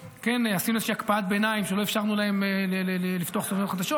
עשינו איזושהי הקפאת ביניים ולא אפשרנו להם לפתוח סוכנויות חדשות,